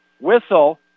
Whistle